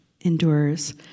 endures